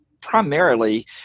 primarily